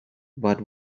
but